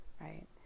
right